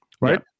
right